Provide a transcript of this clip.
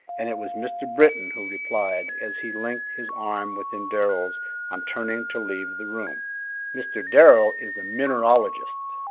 and it was mr. britton who replied, as he linked his arm within darrell's on turning to leave the room mr. darrell is a mineralogist.